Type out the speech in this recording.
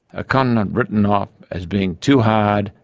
a continent written off as being too hard,